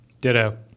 ditto